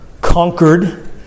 conquered